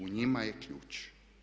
U njima je ključ.